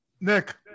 Nick